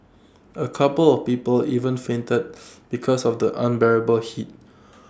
A couple of people even fainted because of the unbearable heat